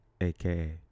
aka